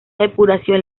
depuración